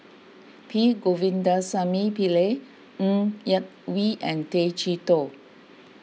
P Govindasamy Pillai Ng Yak Whee and Tay Chee Toh